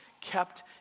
kept